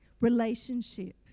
Relationship